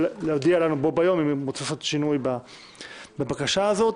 להודיע לנו בו ביום אם הם רוצים לעשות שינוי בבקשה הזאת.